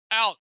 out